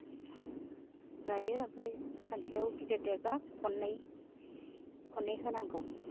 जायो ओमफ्राय सानसेयाव गिदिर देरबा खननै खननै होनांगौ